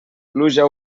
pluja